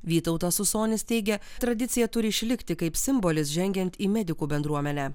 vytautas usonis teigia tradicija turi išlikti kaip simbolis žengiant į medikų bendruomenę